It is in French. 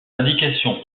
indication